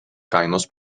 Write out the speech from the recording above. kainos